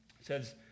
says